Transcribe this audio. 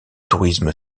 tourisme